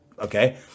okay